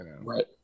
Right